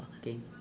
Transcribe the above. K